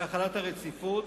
בהחלת הרציפות,